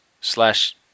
slash